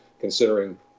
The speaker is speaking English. considering